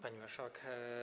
Pani Marszałek!